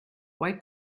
why